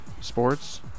Sports